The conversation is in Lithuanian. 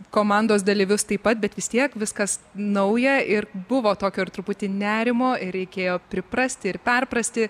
komandos dalyvius taip pat bet vis tiek viskas nauja ir buvo tokio ir truputį nerimo ir reikėjo priprasti ir perprasti